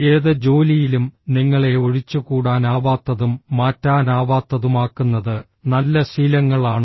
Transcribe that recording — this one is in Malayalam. ഏത് ജോലിയിലും നിങ്ങളെ ഒഴിച്ചുകൂടാനാവാത്തതും മാറ്റാനാവാത്തതുമാക്കുന്നത് നല്ല ശീലങ്ങളാണ്